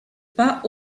pas